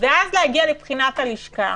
ואז להגיע לבחינת הלשכה